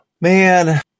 Man